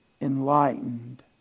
enlightened